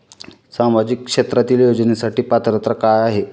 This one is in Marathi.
सामाजिक क्षेत्रांतील योजनेसाठी पात्रता काय आहे?